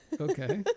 Okay